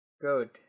good